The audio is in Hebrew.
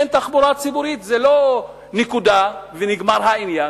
אין תחבורה ציבורית, זו לא נקודה ונגמר העניין.